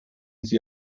sie